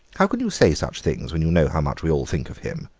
how can you say such things when you know how much we all think of him?